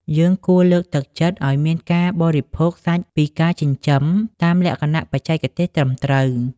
យើងគួរលើកទឹកចិត្តឱ្យមានការបរិភោគសាច់ពីការចិញ្ចឹមតាមលក្ខណៈបច្ចេកទេសត្រឹមត្រូវ។